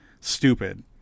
stupid